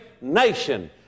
nation